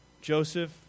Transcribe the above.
Joseph